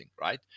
right